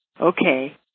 Okay